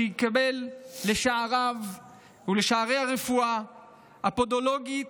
שיקבל לשעריו ולשערי הרפואה הפודולוגית,